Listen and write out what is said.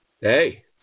Hey